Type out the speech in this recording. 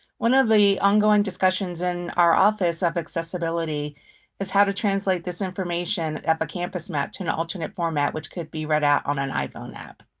one of the ongoing discussions in our office of accessibility is how to translate this information of a campus map to an alternate format which could be read out on an iphone app.